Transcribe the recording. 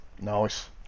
Nice